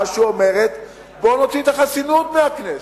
שאומרת: בואו נוציא את החסינות מהכנסת,